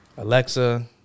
Alexa